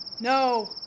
No